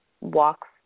walks